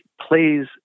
plays